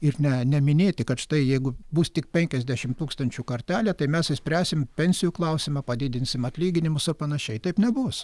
ir ne neminėti kad štai jeigu bus tik penkiasdešimt tūkstančių kartelė tai mes išspręsim pensijų klausimą padidinsim atlyginimus ar panašiai taip nebus